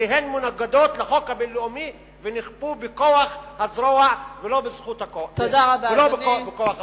כי הן מנוגדות לחוק הבין-לאומי ונכפו בכוח הזרוע ולא בכוח הזכות.